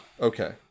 Okay